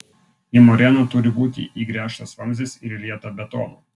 į moreną turi būti įgręžtas vamzdis ir įlieta betono